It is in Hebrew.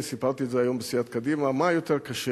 אני סיפרתי את זה היום בסיעת קדימה: מה יותר קשה,